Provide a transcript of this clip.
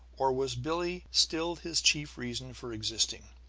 or was billie still his chief reason for existing,